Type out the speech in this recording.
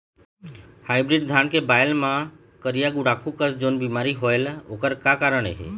Hybrid धान के बायेल मां करिया गुड़ाखू कस जोन बीमारी होएल ओकर का कारण हे?